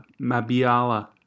Mabiala